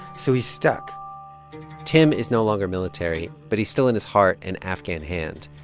so he's stuck tim is no longer military, but he's still in his heart an afghan hand.